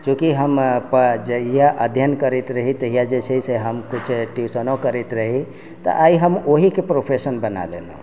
चुकि हमपर जहिया अध्ययन करैत रहि तहिया जे छै से हम किछु ट्यूशनो करैत रही तऽ आइ हम ओहिके प्रोफेशन बना लेनहुँ